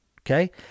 okay